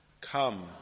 Come